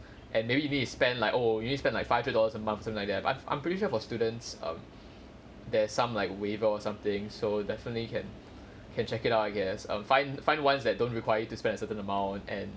and maybe you spend like oh you only spend like five hundred dollars a month something like that I'm I'm I'm pretty sure for students um there's some like waiver or something so definitely you can can check it out I guess um find find ones that don't require to spend a certain amount and